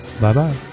bye-bye